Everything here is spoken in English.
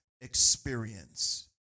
experience